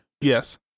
Yes